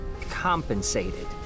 compensated